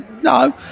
no